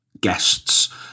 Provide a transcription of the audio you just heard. guests